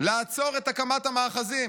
לעצור את הקמת המאחזים.